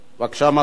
בבקשה, מסעוד.